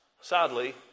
sadly